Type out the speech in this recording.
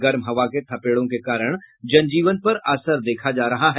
गर्म हवा के थपेड़ों के कारण जन जीवन पर असर देखा जा रहा है